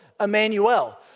Emmanuel